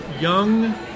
young